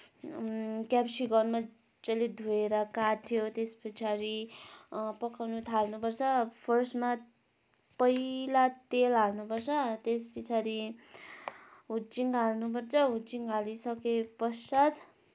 capsicum मजाले धोएर काट्यो त्यस पछाडि पकाउन थाल्नुपर्छ फर्स्टमा पहिला तेल हाल्नुपर्छ त्यस पछाडि हुचिङ हाल्नुपर्छ हुचिङ हालिसकेपश्चात